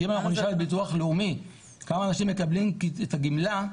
כי אם אנחנו נשאל את הביטוח הלאומי כמה אנשים מקבלים את הגמלה,